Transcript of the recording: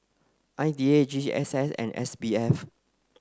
I D A G G S S and S B F